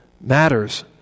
matters